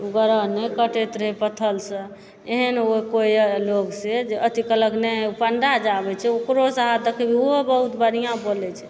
ओ ग्रह नहि कटैत रहए पत्थलसँ एहन ओ कोइ लोग से जे अथी कहलक नहि पण्डा जे आबए छै ओकरोसंँ हाथ देखबिए ओहो बहुत बढ़िआँ बोलए छै